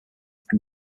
can